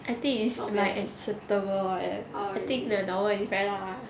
I think is like suitable eh I think the normal is very 辣